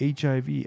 HIV